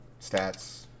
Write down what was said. Stats